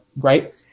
right